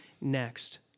next